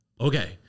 okay